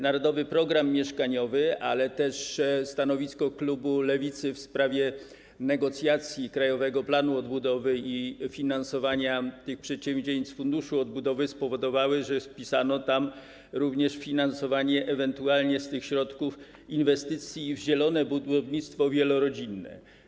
Narodowy Program Mieszkaniowy, ale też stanowisko klubu Lewicy w sprawie negocjacji Krajowego Planu Odbudowy i finansowania tych przedsięwzięć z Funduszu Odbudowy spowodowały, że wpisano tam również ewentualne finansowanie z tych środków inwestycji w zielone budownictwo wielorodzinne.